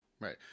Right